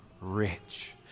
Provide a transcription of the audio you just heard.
rich